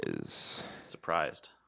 Surprised